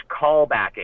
callbacking